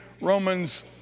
Romans